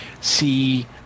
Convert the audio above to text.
see